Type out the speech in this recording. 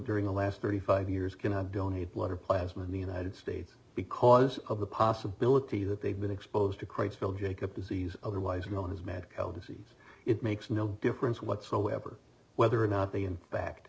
during the last thirty five years can have done a lot of plasma in the united states because of the possibility that they've been exposed to quite still jacob disease otherwise known as mad cow disease it makes no difference whatsoever whether or not they in fact